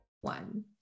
One